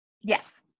Yes